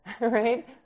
right